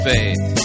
Faith